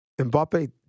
Mbappe